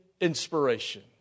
inspiration